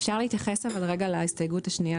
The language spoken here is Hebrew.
אפשר להתייחס רגע להסתייגות השנייה?